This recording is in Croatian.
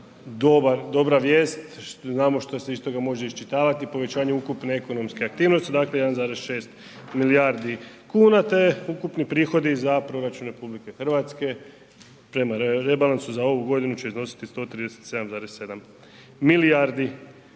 dobra vijest, znamo što se iz toga može iščitavati, povećanje ukupne ekonomske aktivnosti, dakle 1,6 milijardi kuna te ukupni prihodi za proračun RH prema rebalansu za ovu godinu će iznositi 137,7 milijardi kuna.